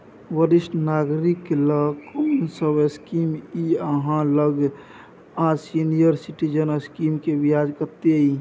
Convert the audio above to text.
वरिष्ठ नागरिक ल कोन सब स्कीम इ आहाँ लग आ सीनियर सिटीजन स्कीम के ब्याज कत्ते इ?